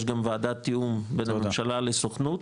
יש גם ועדת תיאום בין הממשלה לסוכנות.